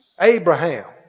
Abraham